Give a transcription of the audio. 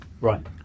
Right